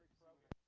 program